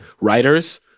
Writers